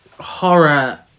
horror